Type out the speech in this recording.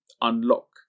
unlock